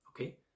okay